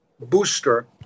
booster